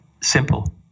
Simple